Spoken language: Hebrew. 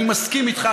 אני מסכים איתך,